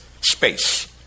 space